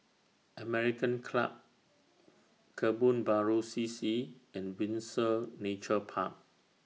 American Club Kebun Baru C C and Windsor Nature Park